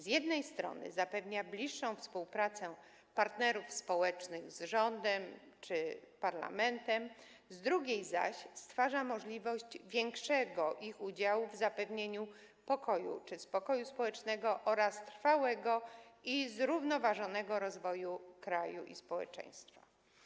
Z jednej strony, zapewnia bliższą współpracę partnerów społecznych z rządem czy parlamentem, z drugiej zaś, stwarza możliwość większego ich udziału w zapewnieniu pokoju czy spokoju społecznego oraz trwałego i zrównoważonego rozwoju kraju i społeczeństwa.